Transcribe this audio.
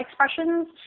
expressions